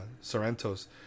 Sorrento's